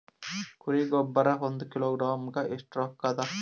ಕುರಿ ಗೊಬ್ಬರ ಒಂದು ಕಿಲೋಗ್ರಾಂ ಗ ಎಷ್ಟ ರೂಕ್ಕಾಗ್ತದ?